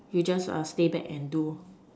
you just stay back and do